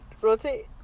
rotate